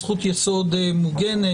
זכות יסוד מוגנת.